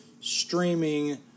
streaming